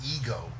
ego